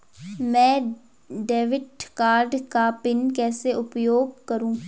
मैं अपने debit card का पिन कैसे उपयोग करूँ?